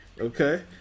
Okay